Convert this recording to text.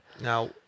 Now